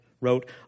wrote